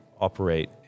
operate